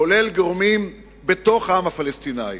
כולל גורמים בתוך העם הפלסטיני.